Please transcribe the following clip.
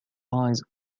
eyes